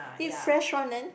eat fresh one then